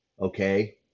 okay